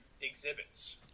exhibits